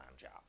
job